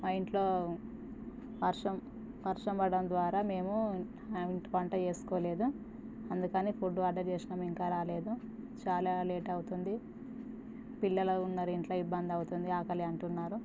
మా ఇంట్లో వర్షం వర్షం పడడం ద్వారా మేము వంట చేసుకోలేదు అందుకని ఫుడ్ ఆర్డర్ చేసాము ఇంకా రాలేదు చాలా లేట్ అవుతుంది పిల్లలు ఉన్నారు ఇంట్లో ఇబ్బంది అవుతుంది ఆకలి అంటున్నారు